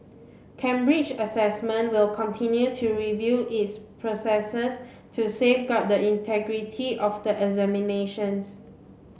Cambridge Assessment will continue to review its processors to safeguard the integrity of the examinations